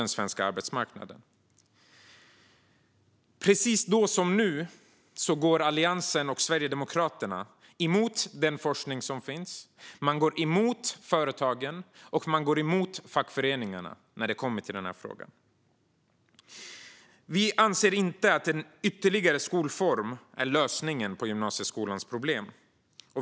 Nu som då går Alliansen och Sverigedemokraterna i denna fråga emot den forskning som finns, och man går emot företagen och fackföreningarna. Vi anser inte att en ytterligare skolform är lösningen på gymnasieskolans problem.